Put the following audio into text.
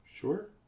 Sure